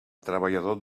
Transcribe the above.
treballador